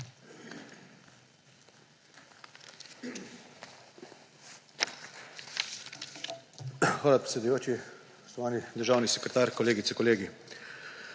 Hvala, predsedujoči. Spoštovani državni sekretar, kolegice, kolegi!